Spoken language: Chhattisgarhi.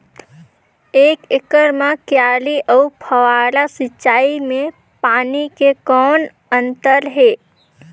एक एकड़ म क्यारी अउ फव्वारा सिंचाई मे पानी के कौन अंतर हे?